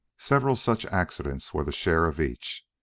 several such accidents were the share of each.